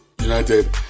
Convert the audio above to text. United